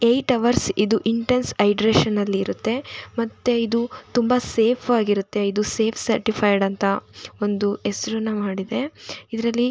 eight hours ಇದು intense ಐಡ್ರೇಷನಲ್ಲಿ ಇರುತ್ತೆ ಮತ್ತು ಇದು ತುಂಬ ಸೇಫ್ ಆಗಿರುತ್ತೆ ಇದು ಸೇಫ್ ಸರ್ಟಿಫೈಡ್ ಅಂತ ಒಂದು ಹೆಸ್ರನ್ನು ಮಾಡಿದೆ ಇದರಲ್ಲಿ